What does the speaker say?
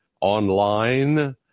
Online